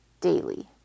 daily